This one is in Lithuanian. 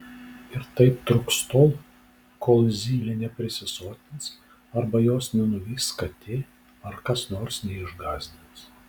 ir taip truks tol kol zylė neprisisotins arba jos nenuvys katė ar kas nors neišgąsdins